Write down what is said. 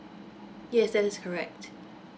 yes that is correct